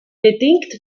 bedingt